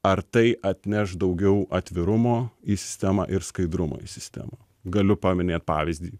ar tai atneš daugiau atvirumo į sistemą ir skaidrumo į sistemą galiu paminėt pavyzdį